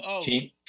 Team